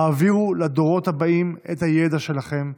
העבירו לדורות הבאים את הידע שלכם,